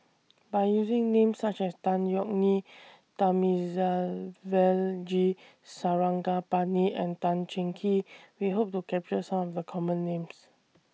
By using Names such as Tan Yeok Nee Thamizhavel G Sarangapani and Tan Cheng Kee We Hope to capture Some of The Common Names